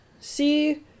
see-